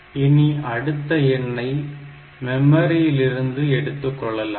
இனி அடுத்த எண்ணை மெமரியில் இருந்து எடுத்துக்கொள்ளலாம்